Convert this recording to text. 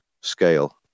scale